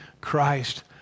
Christ